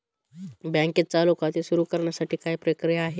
बँकेत चालू खाते सुरु करण्यासाठी काय प्रक्रिया आहे?